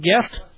guest